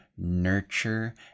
Nurture